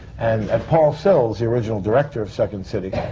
and. and paul sells, the original director of second city,